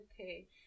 Okay